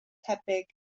tebyg